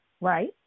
right